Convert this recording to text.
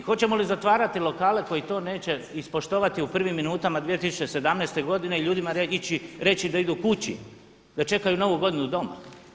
Hoćemo li zatvarati lokale koji to neće ispoštovati u prvim minutama 2017. godine i ljudima ići reći da idu kući, da čekaju Novu godinu doma?